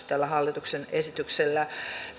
tällä hallituksen esityksellä